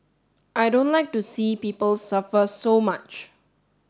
I don't like to see people suffer so much